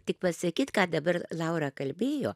tik pasakyt ką dabar laura kalbėjo